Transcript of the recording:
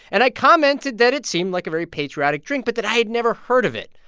and i commented that it seemed like a very patriotic drink but that i had never heard of it.